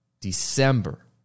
December